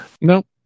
Nope